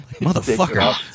Motherfucker